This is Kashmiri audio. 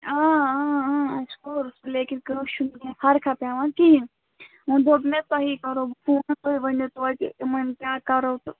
آ اَسہِ کوٚر لیکِن کٲنٛسہِ چھُنہٕ کیٚنٛہہ فرقاہ پٮ۪وان کِہیٖنٛۍ وۅنۍ دوٚپ مےٚ تُہی کَرہو بہٕ فون تُہۍ ؤنِو توتہِ یِمن کیٛاہ کَرو تہٕ